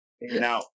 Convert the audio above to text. Now